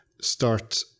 start